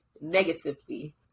negatively